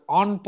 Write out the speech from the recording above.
on